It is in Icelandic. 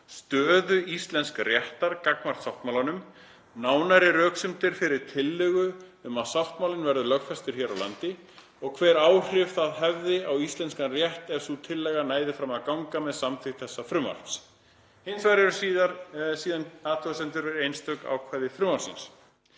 stöðu íslensks réttar gagnvart sáttmálanum, nánari röksemdir fyrir tillögu um að sáttmálinn verði lögfestur hér á landi og hver áhrif það hefði á íslenskan rétt að sú tillaga næði fram að ganga með samþykkt þessa frumvarps. Hins vegar eru síðan athugasemdir við einstök ákvæði frumvarpsins.“